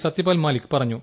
സത്യപാൽ മാലിക് പറഞ്ഞു